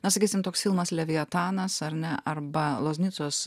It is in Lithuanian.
na sakysim toks filmas leviatanas ar ne arba loznicos